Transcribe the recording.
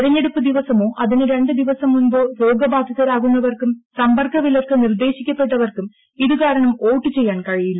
തെരഞ്ഞെടുപ്പ് ദിവസമോ അതിനു രണ്ടു ദിവസം മുമ്പോ രോഗബാധിതരാകുന്നവർക്കും സമ്പർക്ക വിലക്ക് നിർദശിക്കപ്പെട്ടവർക്കും ഇതു കാരണം വോട്ടു ചെയ്യാൻ കഴിയില്ല